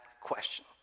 question